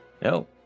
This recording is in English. No